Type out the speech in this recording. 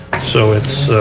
so it